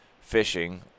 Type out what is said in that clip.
fishing